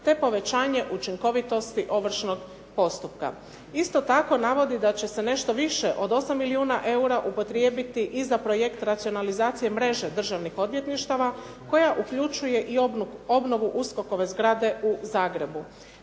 te povećanje učinkovitosti ovršnog postupka. Isto tako, navodi da će se nešto više od 8 milijuna eura upotrijebiti i za projekt racionalizacije mreže državnih odvjetništava koja uključuje i obnovu uskokove zgrade u Zagrebu.